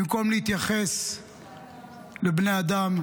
במקום להתייחס לבני אדם,